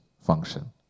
function